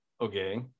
Okay